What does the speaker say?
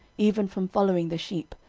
even from following the sheep,